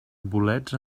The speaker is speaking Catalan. bolets